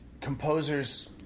Composers